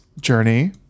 journey